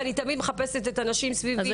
ואני תמיד מחפשת את הנשים סביבי,